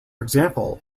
example